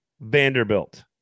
Vanderbilt